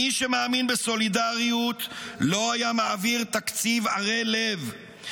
מי שמאמין בסולידריות לא היה מעביר תקציב ערל לב,